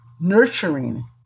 nurturing